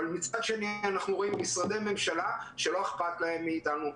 אבל מצד שני אנחנו רואים משרדי ממשלה שלא אכפת להם מאיתנו,